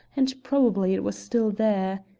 and probably it was still there.